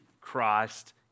Christ